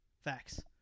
Facts